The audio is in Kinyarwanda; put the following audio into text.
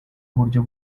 uburyo